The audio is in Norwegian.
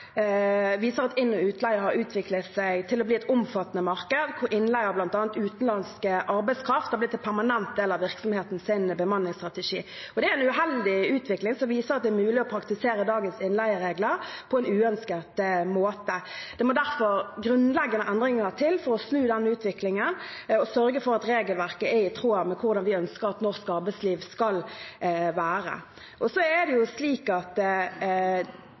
at inn- og utleie har utviklet seg til å bli et omfattende marked, hvor innleie av bl.a. utenlandsk arbeidskraft har blitt en permanent del av virksomhetens bemanningsstrategi. Det er en uheldig utvikling, som viser at det er mulig å praktisere dagens innleieregler på en uønsket måte. Det må derfor grunnleggende endringer til for å snu denne utviklingen og sørge for at regelverket er i tråd med hvordan vi ønsker at norsk arbeidsliv skal være. I det forslaget som vi har sendt ut, er det